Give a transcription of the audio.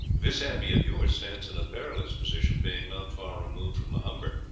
this abbey of yours stands in a perilous position, being not far removed from the humber,